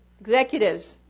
Executives